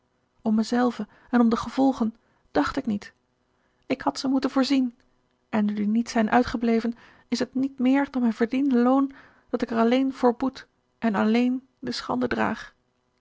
om me zelve en om de gevolgen dacht ik niet ik had ze moeten voorzien en nu die niet zijn uitgebleven is het niet meer dan mijn verdiende loon dat ik er alleen voor boet en alleen de schande draag